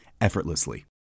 effortlessly